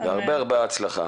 הרבה הצלחה.